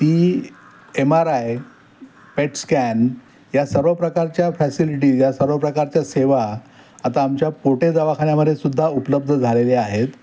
ती M R I PET scan या सर्व प्रकारच्या फॅसिलिटीज या सर्व प्रकारच्या सेवा आता आमच्या पोटे दवाखान्यामध्ये सुद्धा उपलब्ध झालेल्या आहेत